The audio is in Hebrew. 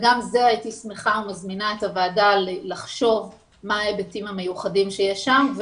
גם בנושא הזה אני מזמינה את הוועדה לחשוב מה ההיבטים המיוחדים שיש שם,